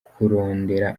kurondera